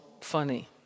funny